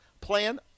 Plan